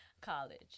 college